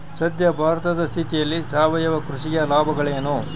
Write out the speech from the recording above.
ಸದ್ಯ ಭಾರತದ ಸ್ಥಿತಿಯಲ್ಲಿ ಸಾವಯವ ಕೃಷಿಯ ಲಾಭಗಳೇನು?